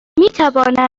میتوانم